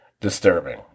disturbing